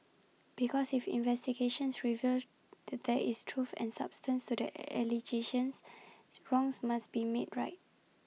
because if investigations reveal there is truth and substance to the allegations wrongs must be made right